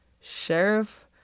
Sheriff